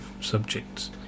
subjects